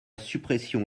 suppression